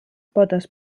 potes